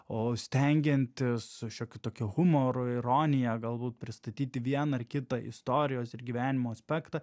o stengiantis su šiokiu tokiu humoru ironija galbūt pristatyti vieną ar kitą istorijos ir gyvenimo aspektą